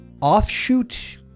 offshoot